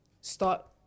start